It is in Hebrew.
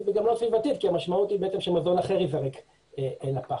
וגם לא סביבתית כי המשמעות היא שמזון אחר ייזרק לפח.